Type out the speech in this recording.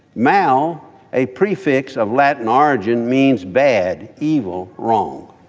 now a prefix of latin origin means bad. evil. wrong.